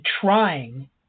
trying